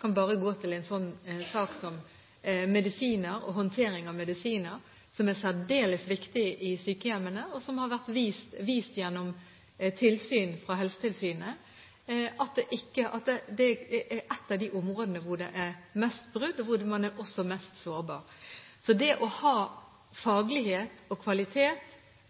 kan bare ta en sak som håndtering av medisiner, som er særdeles viktig i sykehjemmene, der tilsyn fra Helsetilsynet har vist at det er ett av de områdene hvor det er mest brudd, og hvor man også er mest sårbar. Så det å ha faglighet og kvalitet